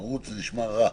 מרות נשמע רע.